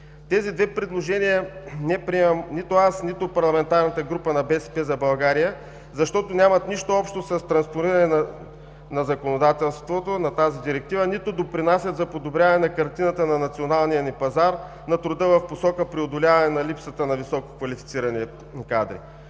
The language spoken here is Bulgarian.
Тези две предложения не приемаме нито аз, нито парламентарната група на „БСП за България“, защото нямат нищо общо с транспониране на законодателството от тази директива, нито допринасят за подобряване на картината на националния ни пазар на труда в посока преодоляване на липсата на висококвалифицирани кадри.